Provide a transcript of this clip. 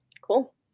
cool